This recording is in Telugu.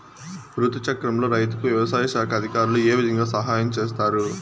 రుతు చక్రంలో రైతుకు వ్యవసాయ శాఖ అధికారులు ఏ విధంగా సహాయం చేస్తారు?